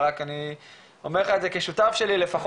אני רק אומר לך את זה כשותף שלי לפחות